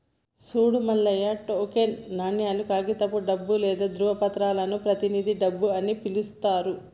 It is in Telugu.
సూడు మల్లయ్య టోకెన్ నాణేలు, కాగితపు డబ్బు లేదా ధ్రువపత్రాలను ప్రతినిధి డబ్బు అని పిలుత్తారు